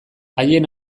haien